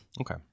Okay